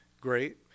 great